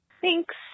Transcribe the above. thanks